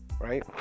right